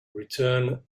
return